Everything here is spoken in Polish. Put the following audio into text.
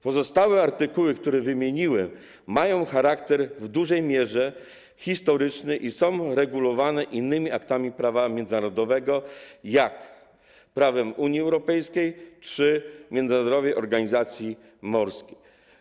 Pozostałe artykuły, które wymieniłem, mają charakter w dużej mierze historyczny i są regulowane innymi aktami prawa międzynarodowego, jak np. prawem Unii Europejskiej czy Międzynarodowej Organizacji Morskiej.